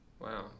Wow